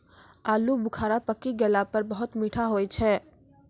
आलू बुखारा पकी गेला पर बहुत मीठा होय छै